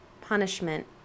punishment